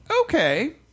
Okay